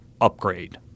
upgrade